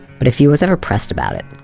but if he was ever pressed about it,